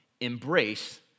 Embrace